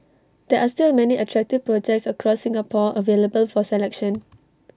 there are still many attractive projects across Singapore available for selection